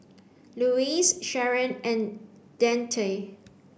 Louise Sharen and Deante